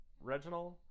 reginald